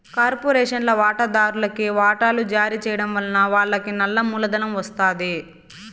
కార్పొరేషన్ల వాటాదార్లుకి వాటలు జారీ చేయడం వలన వాళ్లకి నల్ల మూలధనం ఒస్తాది